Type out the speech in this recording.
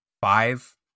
Five